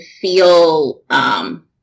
feel